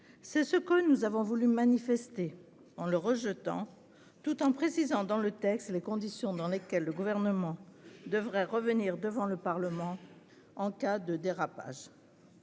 C'est ce que nous avons voulu manifester en le rejetant, tout en précisant, dans le texte, les conditions dans lesquelles le Gouvernement devrait revenir devant le Parlement en cas de dérapage.